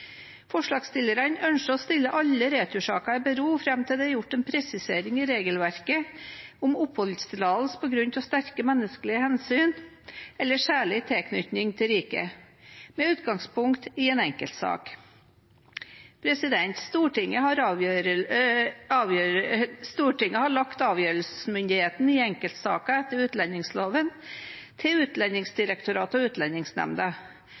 Forslagsstillerne ønsker å stille alle retursaker i bero fram til det er gjort en presisering i regelverket om oppholdstillatelse på grunn av sterke menneskelige hensyn eller særlig tilknytning til riket, med utgangspunkt i en enkeltsak. Stortinget har lagt avgjørelsesmyndigheten i enkeltsaker etter utlendingsloven til Utlendingsdirektoratet og Utlendingsnemnda.